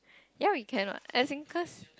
ya we can what as in cause